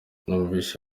numvise